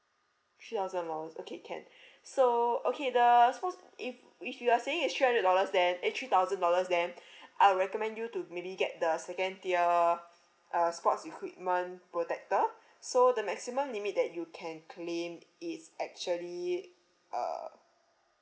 three thousand dollars okay can so okay the so if if you are saying it's three hundred dollars then eh three thousand dollars then I'll recommend you to maybe get the second tier uh sports equipment protector so the maximum limit that you can claim is actually uh